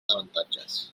avantatges